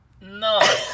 no